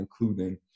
including